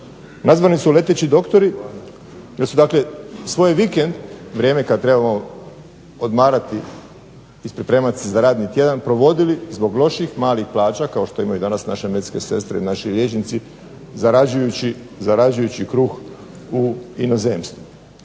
Nazvani su leteći doktori jer su dakle svoj vikend, vrijeme kad trebamo odmarati i pripremati se za radni tjedan, provodili zbog loših malih plaća, kao što imaju danas naše medicinske sestre i naši liječnici, zarađujući kruh u inozemstvu.